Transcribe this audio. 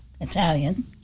Italian